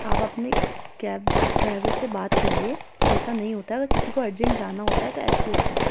آپ اپنی cab driver سے بات کریے کہ ایسا نہیں ہوتا اگر کسی کو ارجینٹ جانا ہوتا ہے تو ایسے ہی ہوتا ہے